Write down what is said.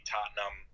Tottenham